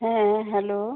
হ্যাঁ হ্যালো